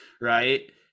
right